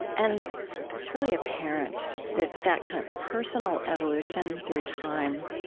and that's really apparent, that that kind of personal evolution through time.